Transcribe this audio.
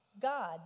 God